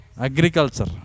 agriculture